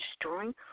destroying